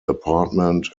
apartment